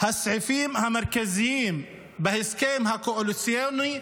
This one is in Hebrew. הסעיפים המרכזיים בהסכם הקואליציוני,